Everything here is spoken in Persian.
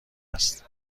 است